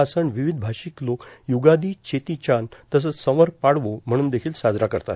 हा सण र्वावध भाषक लोक युगार्ाद चेती चाँद तसंच संवर पाडवो म्हणून देखील साजरा करतात